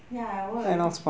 ya I will